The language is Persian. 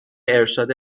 ارشاد